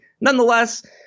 Nonetheless